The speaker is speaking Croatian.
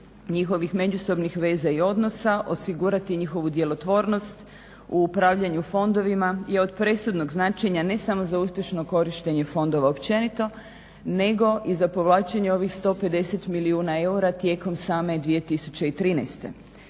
njihovih međusobnih veza i odnosa, osigurati njihovu djelotvornost u upravljanju fondovima je od presudnog značenja ne samo za uspješno korištenje fondova općenito nego i za povlačenje ovih 150 milijuna eura tijekom same 2013.